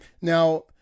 Now